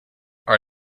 are